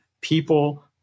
people